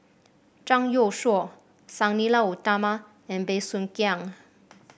Zhang Youshuo Sang Nila Utama and Bey Soo Khiang